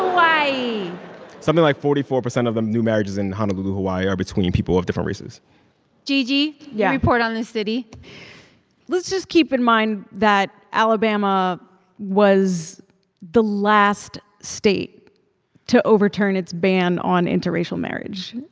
hawaii something like forty four percent of new marriages in honolulu, hawaii, are between people of different races gigi yeah report on the city let's just keep in mind that alabama was the last state to overturn its ban on interracial marriage.